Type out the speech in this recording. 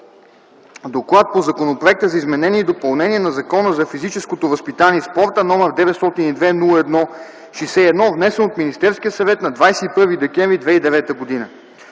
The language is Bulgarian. „ДОКЛАД по Законопроекта за изменение и допълнение на Закона за физическото възпитание и спорта, № 902-01-61, внесен от Министерския съвет на 21 декември 2009 г.